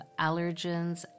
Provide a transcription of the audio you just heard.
allergens